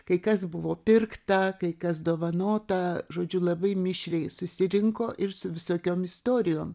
kai kas buvo pirkta kai kas dovanota žodžiu labai mišriai susirinko ir su visokiom istorijom